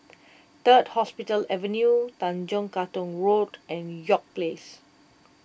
Third Hospital Avenue Tanjong Katong Road and York Place